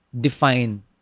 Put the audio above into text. define